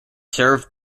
served